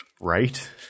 Right